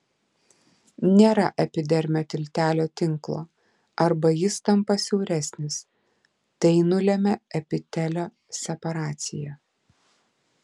nėra epidermio tiltelio tinklo arba jis tampa siauresnis tai nulemia epitelio separaciją